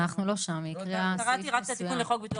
אנחנו לא שם, היא הקריאה סעיף מסוים.